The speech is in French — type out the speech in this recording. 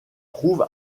trouve